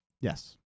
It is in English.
Yes